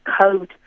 code